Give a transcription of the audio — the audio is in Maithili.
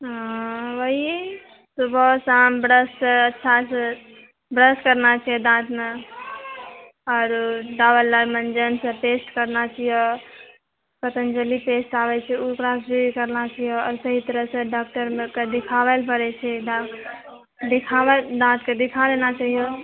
आ वही सुबह शाम ब्रश अच्छासँ ब्रश करना चाहिए दाँतमे आओर डाबर लाल मञ्जन से पेस्ट करना चाहिए आओर पतञ्जलि पेस्ट आबै छै ओ ओकरा से भी करना चाहिए आओर सही तरहसँ डॉक्टर कऽ दिखावै लऽ पड़ैत छै दाँत दिखावै लऽ दाँत कऽ दिखा लेना चाहिए